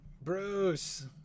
Bruce